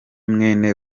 mwene